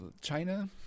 china